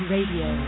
Radio